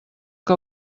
que